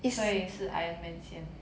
所以是 ironman 先